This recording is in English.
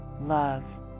love